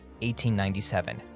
1897